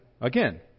again